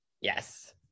Yes